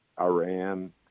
Iran